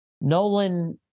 Nolan